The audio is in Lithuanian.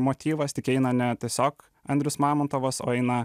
motyvas tik eina ne tiesiog andrius mamontovas o eina